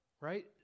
right